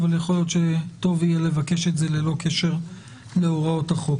אבל יכול להיות שטוב יהיה לבקש את זה ללא קשר להוראות החוק.